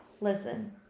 listen